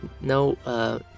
no